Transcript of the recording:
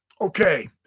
Okay